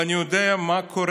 ואני יודע היטב